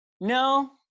No